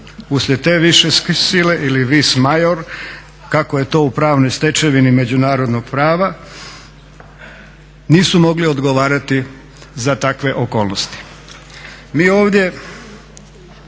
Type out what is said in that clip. uslijed te više sile ili vis major kako je to u pravnoj stečevini međunarodnog prava nisu mogli odgovarati za takve okolnosti.